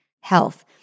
health